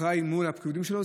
מי שאחראי לפקודים שלו.